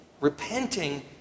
repenting